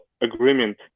agreement